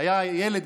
ילד,